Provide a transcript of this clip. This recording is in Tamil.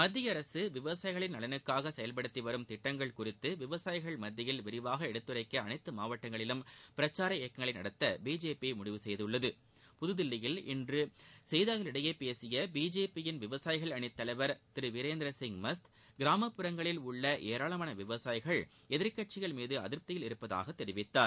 மத்திய அரசு விவசாயிகளின் நலனுக்காக செயல்படுத்திவரும் திட்டங்கள் குறித்து விவசாயிகள் மத்தியில் விரிவாக எடுத்துரைக்க அனைத்து மாவட்டங்களிலும் பிரசார இயக்கங்களை நடத்த பிஜேபி முடிவு செய்துள்ளது புத்தில்லியில் இன்று செய்தியாளர்களிடம் பேசிய பிஜேபியின் விவசாயிகள் அணித் தலைவர் திரு வீரேந்திரசிங் மஸ்த் கிராப்புறங்களில் உள்ள ஏராளமான விவசாயிகள் எதிர்கட்சிகள் மீது அதிருப்தியில் உள்ளதாகத் தெரிவித்தார்